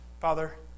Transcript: Father